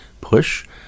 push